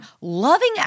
loving